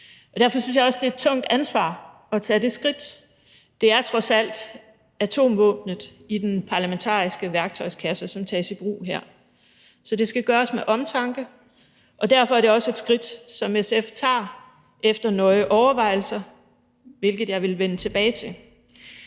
Derfor synes jeg også, det er et tungt ansvar at tage det skridt. Det er trods alt atomvåbenet i den parlamentariske værktøjskasse, som her tages i brug, så det skal gøres med omtanke. Derfor er det også et skridt, som SF tager efter nøje overvejelser, hvilket jeg vil vende tilbage til.